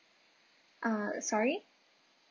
uh sorry